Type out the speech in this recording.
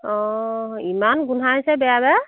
অঁ ইমান গোন্ধাইছে বেয়া বেয়া